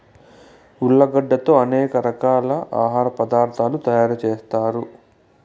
ఉర్లగడ్డలతో అనేక రకాల ఆహార పదార్థాలు తయారు చేత్తారు